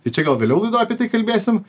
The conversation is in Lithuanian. tai čia gal vėliau laidoj apie tai kalbėsim